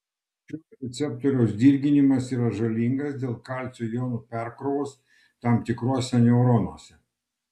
šio receptoriaus dirginimas yra žalingas dėl kalcio jonų perkrovos tam tikruose neuronuose